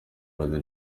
loni